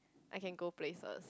I can go places